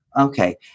Okay